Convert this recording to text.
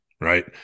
right